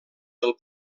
del